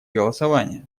голосования